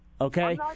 Okay